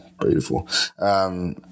beautiful